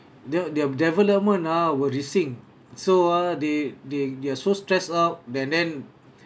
their their development ah worrying so ah they they they are so stressed out then then